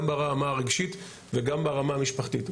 גם ברמה הרגשית וגם ברמה המשפחתית.